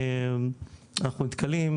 אנחנו נתקלים,